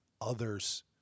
others